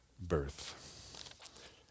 birth